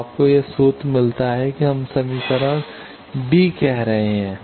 तो आपको यह सूत्र मिलता है कि हम समीकरण b कह रहे हैं